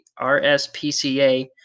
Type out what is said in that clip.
RSPCA